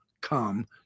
come